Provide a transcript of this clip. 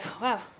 Wow